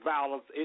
Violence